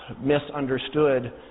misunderstood